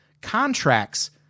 contracts